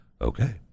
Okay